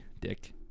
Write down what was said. Dick